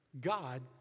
God